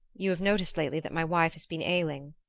you have noticed lately that my wife has been ailing?